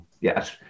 Yes